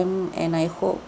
and I hope